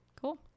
Cool